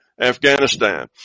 Afghanistan